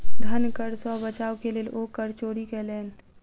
धन कर सॅ बचाव के लेल ओ कर चोरी कयलैन